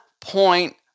point